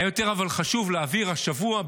אבל היה יותר חשוב להעביר השבוע,